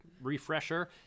refresher